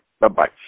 bye-bye